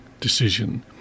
decision